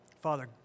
Father